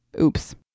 oops